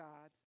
God